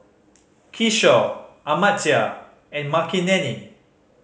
Kishore Amartya and Makineni